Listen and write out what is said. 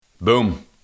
Boom